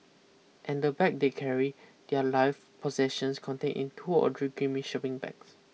and the bag they carry their life possessions contain in two or three grimy shopping bags